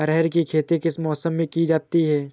अरहर की खेती किस मौसम में की जाती है?